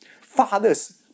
Fathers